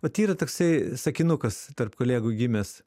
vat yra toksai sakinukas tarp kolegų gimęs